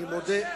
לא יושב,